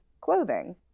clothing